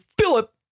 Philip